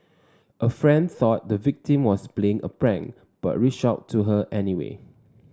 a friend thought the victim was playing a prank but reached out to her anyway